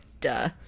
duh